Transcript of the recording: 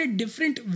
different